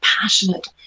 passionate